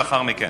לאחר מכן.